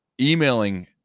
emailing